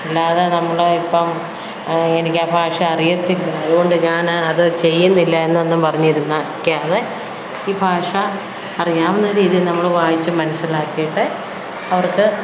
അല്ലാതെ നമ്മൾ ഇപ്പം എനിക്ക് ആ ഭാഷ അറിയത്തില്ല അത്കൊണ്ട് ഞാന് അത് ചെയ്യുന്നില്ല എന്നൊന്നും പറഞ്ഞിരിക്കാതെ ഈ ഭാഷ അറിയാവുന്ന രീതിയിൽ നമ്മൾ വായിച്ച് മനസ്സിലാക്കിയിട്ട് അവർക്ക്